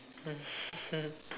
mm